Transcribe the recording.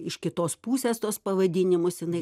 iš kitos pusės tuos pavadinimus jinai